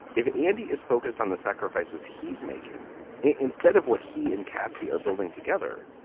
if andy is focused on the sacrifices he's making instead of what he and kasey are building together,